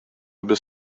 обе